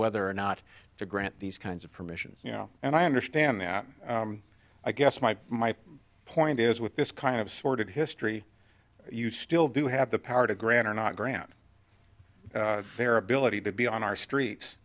whether or not to grant these kinds of permissions you know and i understand that i guess my my point is with this kind of sordid history you still do have the power to grant or not grant their ability to be on our streets